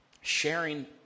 sharing